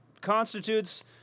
constitutes